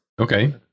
Okay